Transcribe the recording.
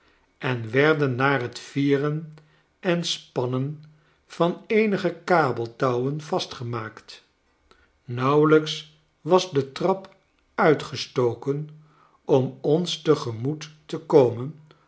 en werden na t vieren en spann en van eenige kabeltouwen vastgemaakt nauwelijks wasde trap uitgestoken om ons te gemoet tekomen